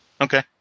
Okay